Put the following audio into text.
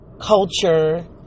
culture